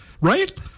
Right